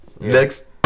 Next